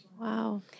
Wow